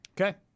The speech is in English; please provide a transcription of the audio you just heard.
Okay